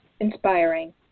inspiring